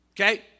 Okay